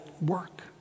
work